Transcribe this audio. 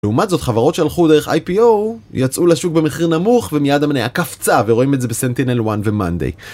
לעומת זאת חברות שהלכו דרך IPO יצאו לשוק במחיר נמוך ומייד המניה קפצה ורואים את זה בסנטינל 1 ומנדיי